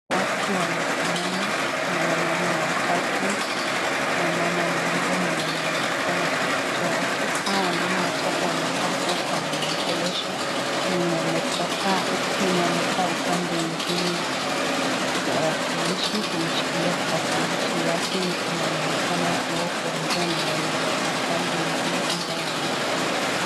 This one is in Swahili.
Watu wamesimama, kuna wanaume watatu na mama mmoja mwenye ameonekana tu kichwa yake .Hawa wanaume watatu wanakaa kuwa wanamwongelesha mwenye amekaa upande ingine ya tarakilishi, ameshikilia tarakilishi yake ni kama naonekana kuwa kuongea na wenye wako upande ingine ambao wamesimama.